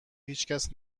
هیچکس